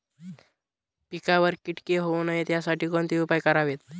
पिकावर किटके होऊ नयेत यासाठी कोणते उपाय करावेत?